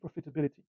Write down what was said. profitability